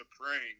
praying